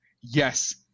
Yes